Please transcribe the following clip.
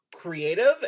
Creative